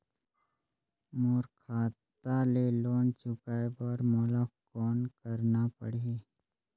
मोर खाता ले लोन चुकाय बर मोला कौन करना पड़ही?